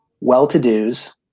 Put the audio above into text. well-to-dos